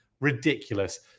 Ridiculous